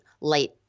light